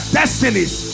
destinies